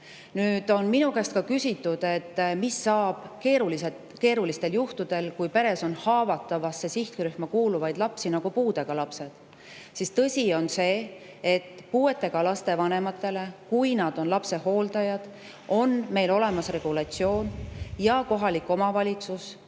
toime. Minu käest on ka küsitud, et mis saab keerulistel juhtudel, kui peres on haavatavamasse sihtrühma kuuluvaid lapsi nagu puudega lapsed. Tõsi on see, et puuetega laste vanematele, kui nad on lapse hooldajad, on meil olemas regulatsioon – kohalik omavalitsus